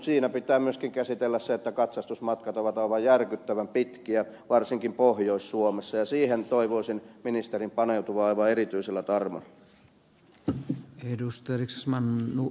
siinä pitää myöskin käsitellä se että katsastusmatkat ovat aivan järkyttävän pitkiä varsinkin pohjois suomessa ja siihen toivoisin ministerin paneutuvan aivan erityisellä tarmolla